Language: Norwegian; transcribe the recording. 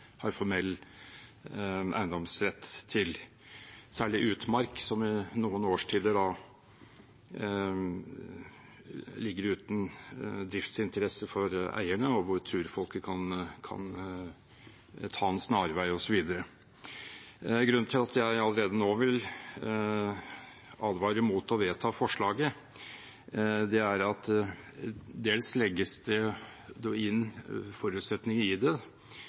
har formell eiendomsrett til, særlig utmark som i noen årstider ligger uten driftsinteresse for eierne, hvor turfolket kan ta en snarvei, osv. Grunnen til at jeg allerede nå vil advare mot å vedta forslaget, er dels at det legges inn forutsetninger som jeg tror Stortinget skal se litt nøyere på. For hvorfor går man til det